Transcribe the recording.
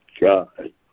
God